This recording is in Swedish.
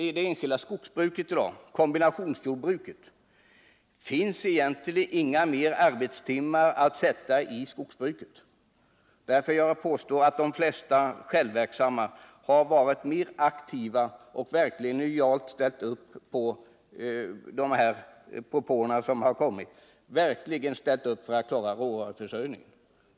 I det enskilda skogsbruket, kombinationsjordbruket, finns i dag inte fler arbetstimmar att sätta in i skogsbruket. Därför kan jag påstå att de flesta självverksamma har varit mycket aktiva och verkligen lojalt ställt upp på de propåer som har kommit för att vi skall klara råvaruförsörjningen.